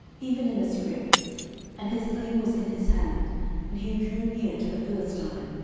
even in a scrip and his sling was in his hand and he drew near to the philistine. nine